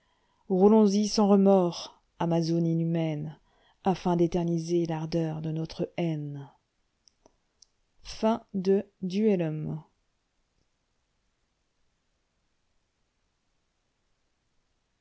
roulons y sans remords amazone inhumaine aûn d'éterniser l'ardeur de notre haine